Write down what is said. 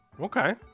Okay